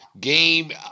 game